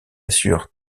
assurent